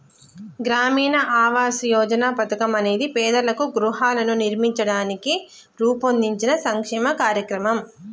గ్రామీణ ఆవాస్ యోజన పథకం అనేది పేదలకు గృహాలను నిర్మించడానికి రూపొందించిన సంక్షేమ కార్యక్రమం